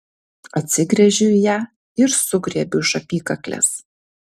atsigręžiu į ją ir sugriebiu už apykaklės